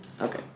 Okay